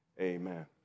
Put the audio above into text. amen